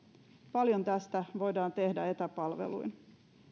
paljon tästä voidaan tehdä etäpalveluin